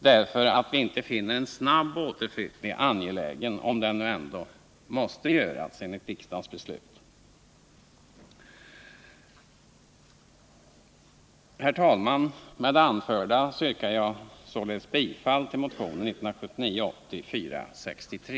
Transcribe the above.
Vi finner nämligen inte en snabb återflyttning angelägen —om den nu ändå måste göras i enlighet med riksdagens beslut. Herr talman! Med det anförda yrkar jag således bifall till motionen 1979/80:463.